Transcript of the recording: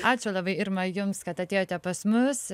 ačiū labai irma jums kad atėjote pas mus